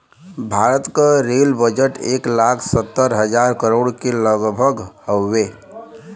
भारत क rail budget एक लाख सत्तर हज़ार करोड़ के लगभग हउवे